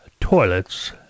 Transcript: toilets